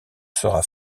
sera